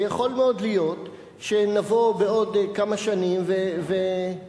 ויכול מאוד להיות שנבוא בעוד כמה שנים ונסתכל,